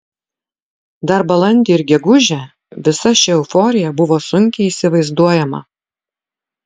dar balandį ir gegužę visa ši euforija buvo sunkiai įsivaizduojama